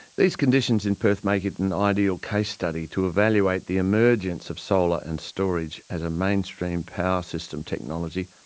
these conditions in perth make it an ideal case study to evaluate the emergence of solar and storage as a mainstream power system technology,